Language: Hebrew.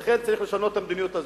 ולכן, צריך לשנות את המדיניות הזאת.